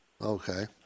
Okay